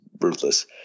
ruthless